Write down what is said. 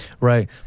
right